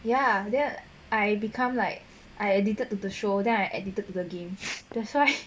ya then I become like I addicted to the show then I addicted to the game that's why